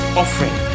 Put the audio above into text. offering